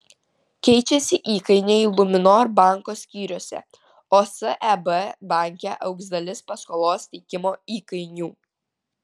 keičiasi įkainiai luminor banko skyriuose o seb banke augs dalis paskolos teikimo įkainių